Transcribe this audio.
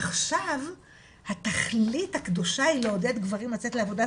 עכשיו התכלית הקדושה היא לעודד גברים לצאת לעבודה,